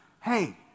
hey